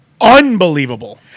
unbelievable